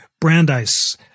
brandeis